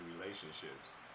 relationships